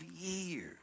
years